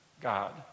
God